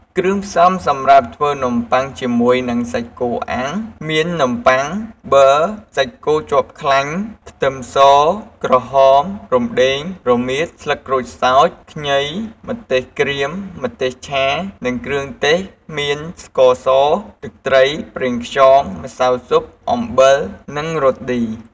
គ្រឿងផ្សំសម្រាប់ធ្វើនំបុ័ងជាមួយនឹងសាច់គោអាំងមាន នំប័ុង ប័រ សាច់គោជាប់ខ្លាញ់ ខ្ទឹមស ក្រហម រំដេង រមៀត ស្លឹកក្រូចសើច ខ្ញី ម្ទេសក្រៀម ម្ទេសឆា និងគ្រឿងទេសមាន ស្ករស ទឹកត្រី ប្រងខ្យង ម្សៅស៊ុប អំបិល និង រ៉តឌី។